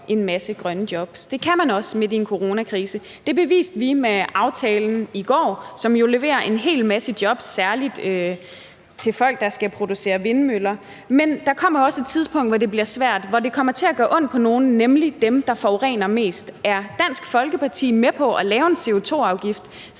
en masse grønne jobs. Det kan man også midt i en coronakrise. Det beviste vi med aftalen i går, som jo leverer en hel masse jobs, særlig til folk, der skal producere vindmøller. Men der kommer jo også et tidspunkt, hvor det bliver svært, og hvor det kommer til at gøre ondt på nogen, nemlig dem, der forurener mest. Er Dansk Folkeparti med på at lave en CO2-afgift,